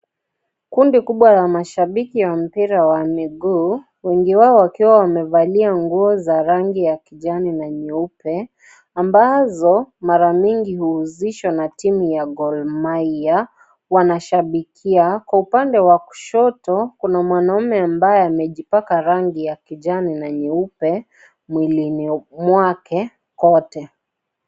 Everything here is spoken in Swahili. Kundi kubwa la mashabiki wa mpira wa miguu, wengi wao wakiwa wamevalia nguo za rangi ya kijani na nyeupe , ambazo mara mingi huuzishwa na timu ya Gor Maia wanashabikia. Kwa upande wa kushoto, kuna manaume ambaye amejipaka rangi ya kijani na nyeupe mwilini mwake kote.